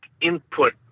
input